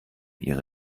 ihre